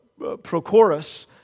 Prochorus